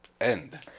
end